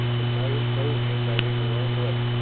the coyote told him that in her own way.